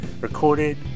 recorded